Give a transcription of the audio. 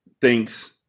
thinks